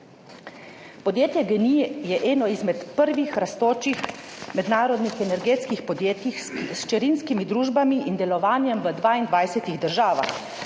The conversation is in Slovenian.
Podjetje GEN-I je eno izmed prvih rastočih mednarodnih energetskih podjetij s hčerinskimi družbami in delovanjem v 22 državah.